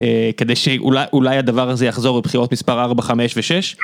כדי שאולי הדבר הזה יחזור לבחירות מספר 4, 5 ו-6.